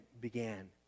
began